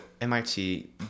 MIT